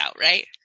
right